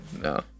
No